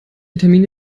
termine